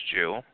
Jew